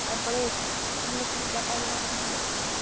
তারপরে পনেরো কুড়ি টাকা যেরকম দাম হয়ে যায়